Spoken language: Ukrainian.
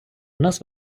нас